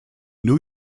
new